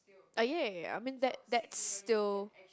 ah ya ya ya I mean that that's still